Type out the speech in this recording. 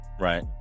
Right